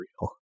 real